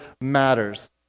matters